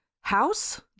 house